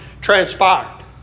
transpired